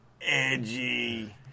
Edgy